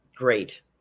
Great